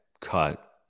cut